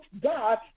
God